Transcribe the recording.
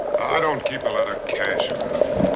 i don't keep a lot of cash around.